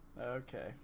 Okay